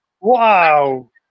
Wow